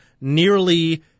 nearly